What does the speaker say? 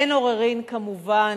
אין עוררין כמובן,